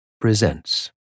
presents